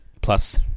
plus